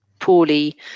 poorly